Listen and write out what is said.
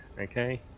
okay